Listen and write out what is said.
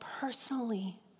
personally